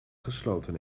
gesloten